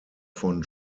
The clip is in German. von